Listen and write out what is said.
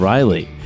Riley